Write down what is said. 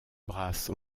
brasses